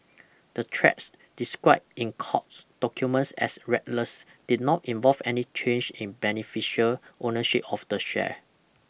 the trades described in courts documents as reckless did not involve any change in beneficial ownership of the share